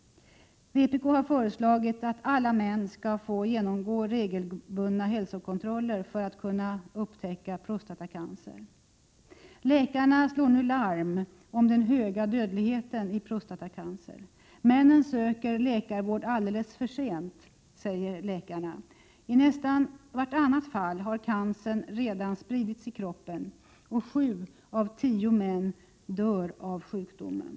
Vi i vpk har föreslagit att alla män skall få genomgå regelbundna hälsokontroller för att man på ett tidigt stadium skall kunna upptäcka prostatacancer. Läkarna slår nu larm om den höga dödligheten i prostatacancer. Männen söker läkarvård alldeles för sent, säger läkarna. I nästan vart annat fall har cancern redan spridits i kroppen, och sju av tio män dör av sjukdomen.